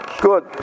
Good